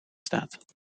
staat